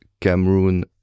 Cameroon